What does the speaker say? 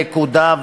נקודה,